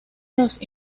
los